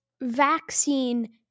vaccine